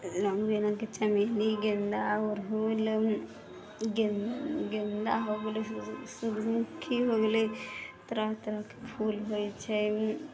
जेनाकि चमेली गेन्दा अड़हुल गेन्दा हो गेलै सूर्यमुखी हो गेलै तरह तरहके फूल होइ छै